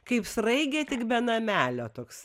kaip sraigė tik be namelio toks